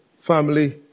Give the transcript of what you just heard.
family